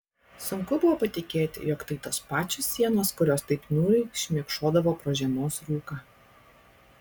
sunku buvo patikėti jog tai tos pačios sienos kurios taip niūriai šmėkšodavo pro žiemos rūką